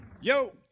Yo